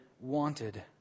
wanted